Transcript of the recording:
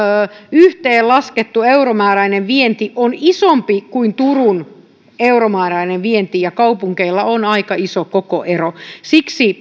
yhteenlaskettu euromääräinen vienti on isompi kuin turun euromääräinen vienti ja kaupungeilla on aika iso kokoero siksi